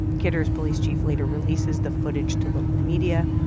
kidder's police chief later releases the footage to local media.